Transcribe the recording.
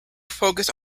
focused